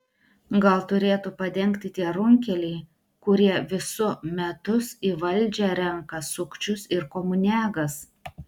gal turėtų padengti tie runkeliai kurie visu metus į valdžią renka sukčius ir komuniagas